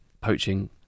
poaching